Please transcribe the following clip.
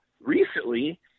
recently